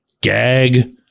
gag